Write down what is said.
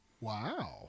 Wow